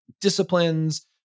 disciplines